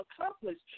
accomplished